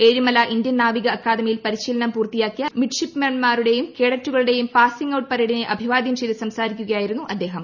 Ezhimala Indian നാവിക അക്കാദമിയിൽ പരിശീലനം പൂർത്തിയാക്കിയ മിഡ്ഷിപ്പ്മെൻമാരുടെയും കേഡറ്റുകളുടെയും പാസിംഗ് ഔട്ട് പരേഡിനെ അഭിവാദ്യം ചെയ്ത് സംസാരിക്കുക യായിരുന്നു അദ്ദേഹം